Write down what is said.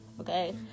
okay